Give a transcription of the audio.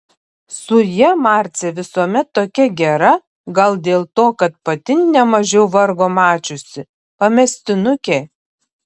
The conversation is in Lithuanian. su ja marcė visuomet tokia gera gal dėl to kad pati nemažiau vargo mačiusi pamestinukė